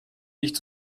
nicht